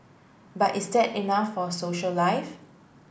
but is that enough for social life